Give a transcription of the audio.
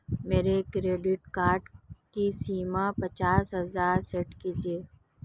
मेरे credit card की सीमा पचास हजार सेट कीजिए